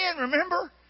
remember